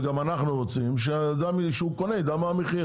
וגם אנחנו רוצים שאדם כשהוא קונה יידע מה המחיר.